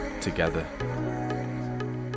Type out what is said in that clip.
together